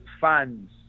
fans